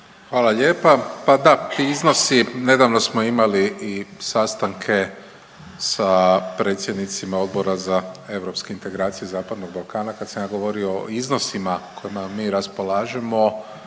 Hvala lijepa. Pa da, iznosi, nedavno smo imali i sastanke sa predsjednicima Odbora za europske integracije Zapadnog Balkana kad sam ja govorio o iznosima kojima mi raspolažemo